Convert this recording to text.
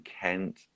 Kent